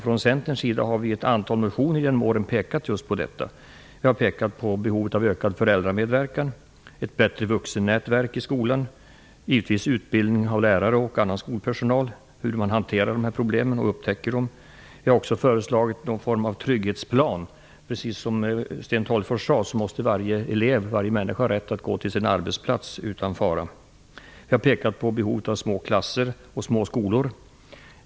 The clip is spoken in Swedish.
Från Centerns sida har vi i ett antal motioner genom åren pekat just på detta. Vi har pekat på behovet av en ökad föräldramedverkan, av ett bättre vuxennätverk i skolan och givetvis av utbildning av lärare och annan skolpersonal om hur dessa problem upptäcks och hanteras. Vi har också föreslagit någon form av trygghetsplan. Precis som Sten Tolgfors sade måste varje elev, varje människa, ha rätt att gå till sin arbetsplats utan fara. Vi har pekat på behovet av små klasser och små skolor.